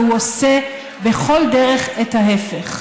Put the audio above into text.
והוא עושה בכל דרך את ההפך.